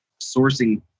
sourcing